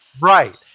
right